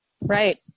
right